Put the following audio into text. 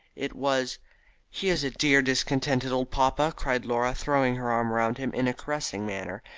it was he is a dear discontented old papa, cried laura, throwing her arm round him in a caressing manner.